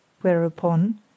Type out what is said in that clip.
Whereupon